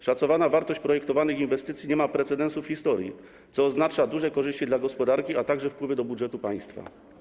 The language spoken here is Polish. Szacowana wartość projektowanych inwestycji nie ma precedensu w historii, co oznacza duże korzyści dla gospodarki, a także wpływy do budżetu państwa.